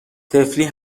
طفلی